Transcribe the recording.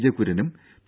J കുര്യനും P